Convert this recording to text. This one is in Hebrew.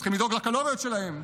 צריכים לדאוג לקלוריות שלהם.